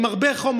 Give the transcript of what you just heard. עם הרבה חום,